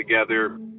together